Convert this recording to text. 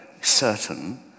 certain